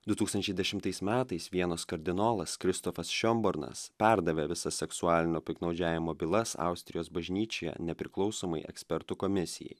du tūkstančiai dešimtais metais vienos kardinolas kristupas šiombarnas perdavė visas seksualinio piktnaudžiavimo bylas austrijos bažnyčioje nepriklausomai ekspertų komisijai